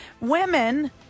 Women